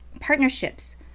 partnerships